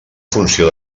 funció